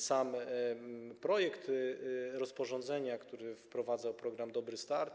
Sam projekt rozporządzenia, który wprowadza program „Dobry start”